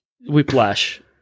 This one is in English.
whiplash